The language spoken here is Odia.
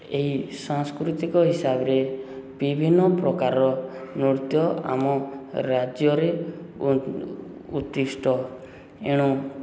ଏହି ସାଂସ୍କୃତିକ ହିସାବରେ ବିଭିନ୍ନପ୍ରକାରର ନୃତ୍ୟ ଆମ ରାଜ୍ୟରେ ଉଦ୍ଦିଷ୍ଟ ଏଣୁ